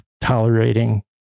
tolerating